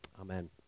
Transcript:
Amen